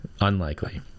unlikely